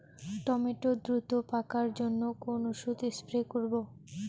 Tomato দ্রুত পাকার জন্য কোন ওষুধ স্প্রে করব?